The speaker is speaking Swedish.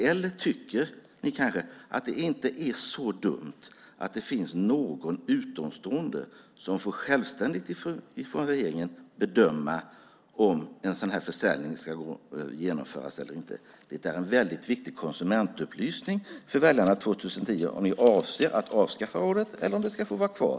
Eller tycker ni kanske att det inte är så dumt att det finns någon utomstående som får självständigt från regeringen bedöma om en sådan här försäljning ska genomföras eller inte? Det är en väldigt viktig konsumentupplysning för väljarna 2010 om ni avser att avskaffa rådet eller om det ska få vara kvar.